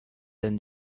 than